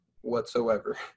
whatsoever